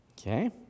Okay